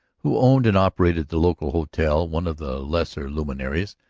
who owned and operated the local hotel, one of the lesser luminaries,